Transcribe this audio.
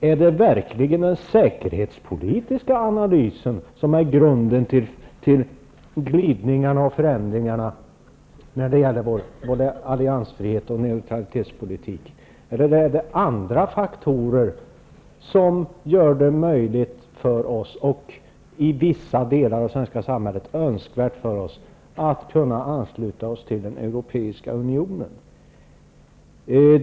Är det verkligen den säkerhetspolitiska analysen som är grunden till glidningarna och förändringarna när det gäller vår alliansfrihet och neutralitetspolitik, eller är det andra faktorer som gör det möjligt och i vissa delar av det svenska samhället önskvärt att ansluta oss till den europeiska unionen?